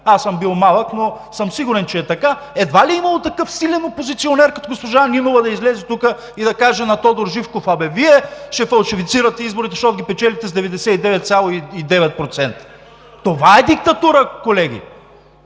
Бил съм малък, но съм сигурен, че е така. Едва ли е имало такъв силен опозиционер, като госпожа Нинова, да излезе тук и да каже на Тодор Живков: „Абе Вие ще фалшифицирате изборите, защото ги печелите с 99,9%.“ Това е диктатура, колеги!